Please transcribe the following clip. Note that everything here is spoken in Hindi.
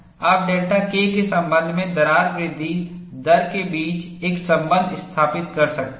आप डेल्टा K के संबंध में दरार वृद्धि दर के बीच एक संबंध स्थापित कर सकते हैं